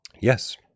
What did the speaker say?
yes